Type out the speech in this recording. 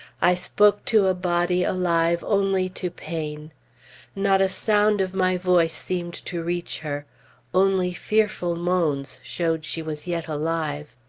i spoke to a body alive only to pain not a sound of my voice seemed to reach her only fearful moans showed she was yet alive.